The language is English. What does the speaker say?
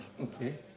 Okay